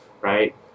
right